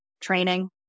training